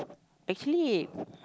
actually